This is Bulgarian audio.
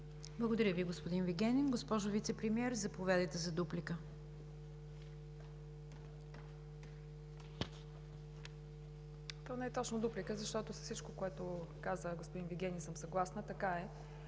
Благодаря Ви, господин Вигенин. Госпожо Вицепремиер, заповядайте за дуплика.